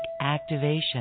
activation